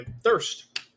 thirst